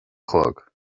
chlog